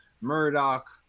murdoch